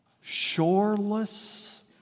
shoreless